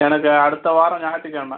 எனக்கு அடுத்த வாரம் ஞாயித்துக்கிழம